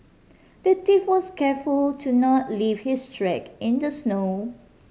the thief was careful to not leave his track in the snow